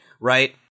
right